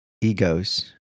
Egos